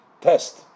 test